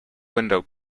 window